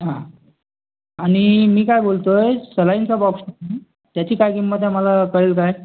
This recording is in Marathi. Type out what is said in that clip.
हां आणि मी काय बोलतो आहे सलाईनचा बॉक्स त्याची काय किंमत आहे मला कळेल काय